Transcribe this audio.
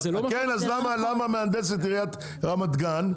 למה מהנדסת עיריית רמת גן,